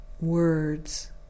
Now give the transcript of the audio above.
words